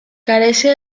carece